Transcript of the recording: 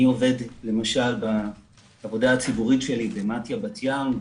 אני עובד בעבודה הציבורית שלי במתי"א בת-ים,